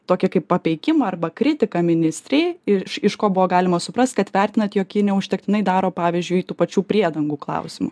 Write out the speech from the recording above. tokį kaip papeikimą arba kritiką ministrei iš iš ko buvo galima suprast kad vertinat jog ji neužtektinai daro pavyzdžiui tų pačių priedangų klausimu